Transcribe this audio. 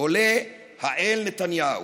עולה האל נתניהו,